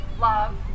love